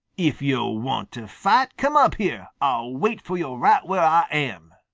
if yo' want to fight, come up here. i'll wait fo' yo' right where ah am,